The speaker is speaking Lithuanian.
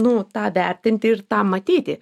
nu tą vertinti ir tą matyti